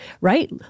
right